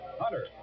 Hunter